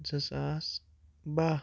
زٕ ساس بَہہ